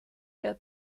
der